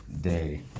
day